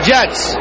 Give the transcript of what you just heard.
Jets